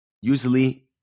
Usually